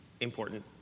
important